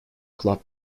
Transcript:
club